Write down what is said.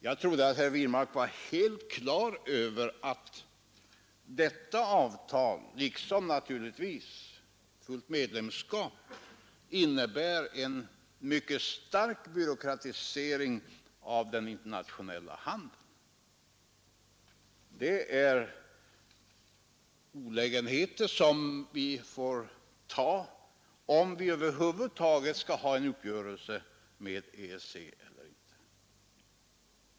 Jag trodde att herr Wirmark var helt klar över att detta avtal, liksom naturligtvis också fullt medlemskap, innebär en mycket stark byråkratisering av den internatio nella handeln. Det är olägenheter som vi får ta, om vi över huvud taget skall ha en uppgörelse med EEC.